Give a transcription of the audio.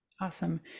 Awesome